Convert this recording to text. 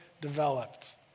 developed